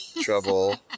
trouble